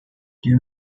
their